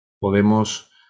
podemos